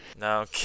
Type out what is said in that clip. No